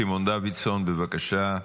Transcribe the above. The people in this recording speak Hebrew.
סימון דוידסון, בבקשה.